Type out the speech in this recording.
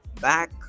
Back